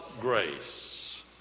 grace